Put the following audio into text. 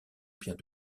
pierre